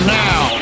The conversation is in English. now